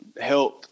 health